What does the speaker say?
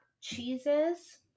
cheeses